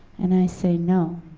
and i say, no,